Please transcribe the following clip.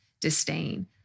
disdain